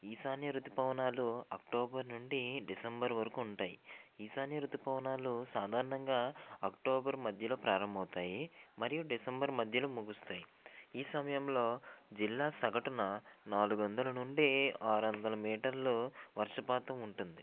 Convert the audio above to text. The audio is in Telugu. ఈశాన్య ఋతుపవనాలు అక్టోబర్ నుండి డిసెంబరు వరకు ఉంటాయి ఈశాన్య ఋతుపవనాలు సాధారణంగా అక్టోబర్ మధ్యలో ప్రారంభమవుతాయి మరియు డిసెంబర్ మధ్యలో ముగుస్తాయి ఈ సమయంలో జిల్లా సగటున నాలుగు వందల నుండి ఆరు వందలు మీటర్లు వర్షపాతం ఉంటుంది